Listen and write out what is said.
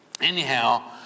anyhow